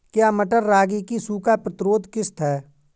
क्या मटर रागी की सूखा प्रतिरोध किश्त है?